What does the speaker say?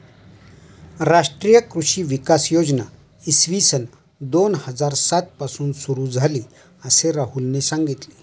राष्ट्रीय कृषी विकास योजना इसवी सन दोन हजार सात पासून सुरू झाली, असे राहुलने सांगितले